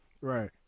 Right